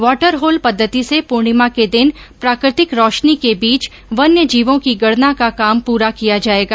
water hole पद्वति से पूर्णिमा के दिन प्राकृतिक रोशनी के बीच वन्य जीवों की गणना का काम पूरा किया जायेगा